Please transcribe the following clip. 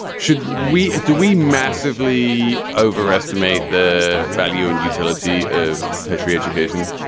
should we do we massively overestimate the value and utility of tertiary education?